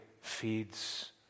feeds